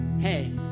Hey